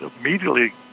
immediately